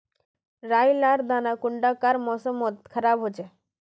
राई लार दाना कुंडा कार मौसम मोत खराब होचए?